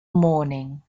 mourning